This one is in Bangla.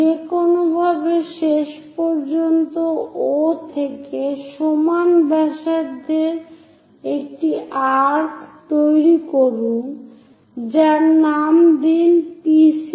যেকোনোভাবে শেষ পর্যন্ত O থেকে সমান ব্যাসার্ধের একটি আর্ক্ তৈরি করুন যার নাম দিন P6